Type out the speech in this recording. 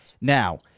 Now